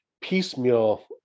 piecemeal